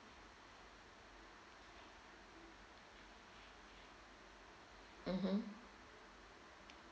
mmhmm